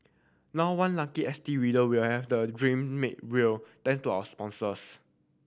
now one lucky S T reader will have that dream made real thanks to our sponsors